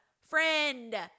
Friend